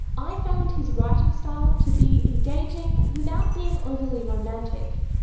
i found his writing style to be engaging without being overly romantic,